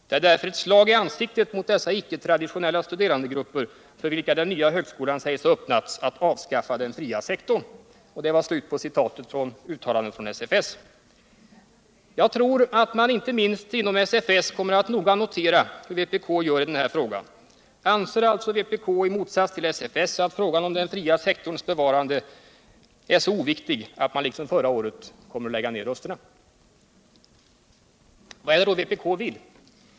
Det är därför ett slag i ansiktet mot dessa icke-traditionella studerandegrupper, för vilka den nya högskolan sägs ha öppnats, att avskaffa den fria sektorn.” Jag tror att man inte minst inom SFS kommer att noga notera hur vpk gör i den här frågan. Anser alltså vpk i motsats till SFS att frågan om den fria sektorns bevarande är så oviktig att man liksom förra året kommer att lägga ner rösterna? Vad är det då vpk vill?